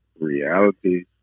reality